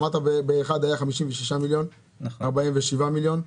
אמרת באחד היה 56 מיליון, 47 מיליון.